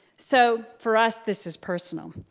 so for us this is personal.